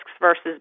versus